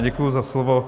Děkuji za slovo.